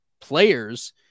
players